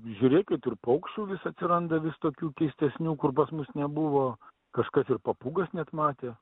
žiūrėkit ir paukščių vis atsiranda vis tokių keistesnių kur pas mus nebuvo kažkas ir papūgas net matė